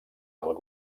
del